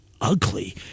ugly